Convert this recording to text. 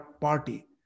party